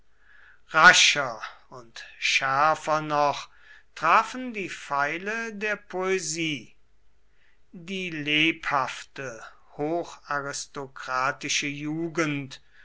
rascher und schärfer noch trafen die pfeile der poesie die lebhafte hocharistokratische jugend